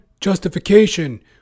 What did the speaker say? justification